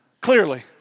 Clearly